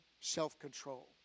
self-control